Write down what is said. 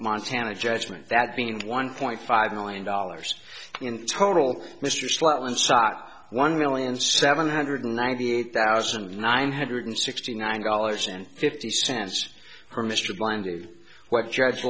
montana judgment that being one point five million dollars in total mr slotman saat one million seven hundred ninety eight thousand nine hundred sixty nine dollars and fifty cents per mr blandy what judge